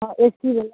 ए C वाला